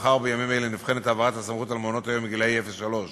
מאחר שבימים אלה נבחנת העברת הסמכות על מעונות-היום לגילאי אפס עד שלוש